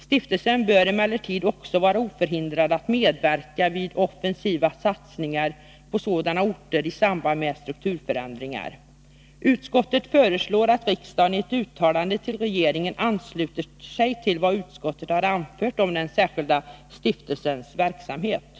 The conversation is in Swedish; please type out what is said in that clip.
Stiftelsen bör emellertid också vara oförhindrad att medverka vid offensiva satsningar på sådana orter i samband med strukturförändringar. Utskottet föreslår att riksdagen i ett uttalande till regeringen ansluter sig till vad utskottet har anfört om den särskilda stiftelsens verksamhet.